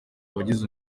abagize